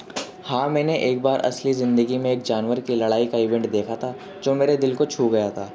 ہاں میں نے ایک بار اصلی زندگی میں ایک جانور کے لڑائی کا ایونٹ دیکھا تھا جو میرے دل کو چھو گیا تھا